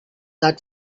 that